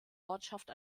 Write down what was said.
ortschaft